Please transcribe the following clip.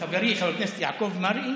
חברי חבר הכנסת יעקב מרגי,